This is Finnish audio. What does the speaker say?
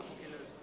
joo